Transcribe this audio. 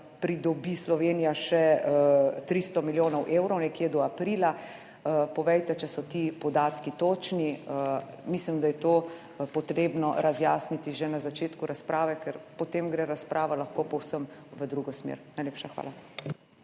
pridobi Slovenija še 300 milijonov evrov nekje do aprila. Povejte, če so ti podatki točni? Mislim, da je to potrebno razjasniti že na začetku razprave, ker potem gre razprava lahko povsem v drugo smer. Najlepša hvala.